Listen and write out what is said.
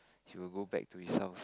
she will go back to his house